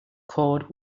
cord